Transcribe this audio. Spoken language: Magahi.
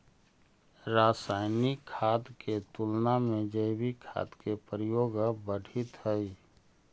रासायनिक खाद के तुलना में जैविक खाद के प्रयोग अब बढ़ित हई